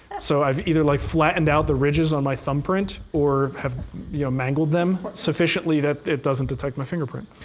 so i've either like flattened out the ridges on my thumbprint, or have you know mangled them sufficiently that it doesn't detect my fingerprint.